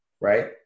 right